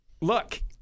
look